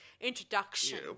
introduction